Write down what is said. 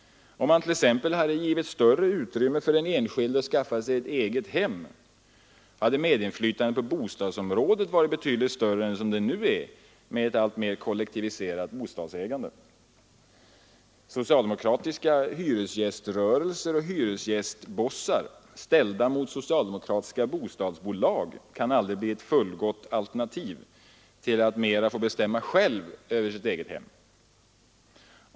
Om man t.ex. hade givit större utrymme för den enskilde att skaffa sig ett eget hem, då hade medinflytandet på bostadsområdet varit betydligt större än det nu är, med ett alltmera kollektiviserat bostadsägande. Socialdemokratiska hyresgäströrelser och hyresgästbossar ställda mot socialdemokratiska bostadsbolag kan aldrig bli ett fullgott alternativ till att mera få bestämma själv över sitt eget hem.